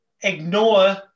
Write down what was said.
ignore